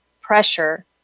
pressure